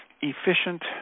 efficient